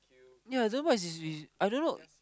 yea don't know what is with I don't know